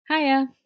Hiya